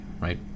right